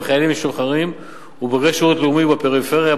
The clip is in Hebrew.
חיילים משוחררים ובוגרי שירות לאומי בפריפריה,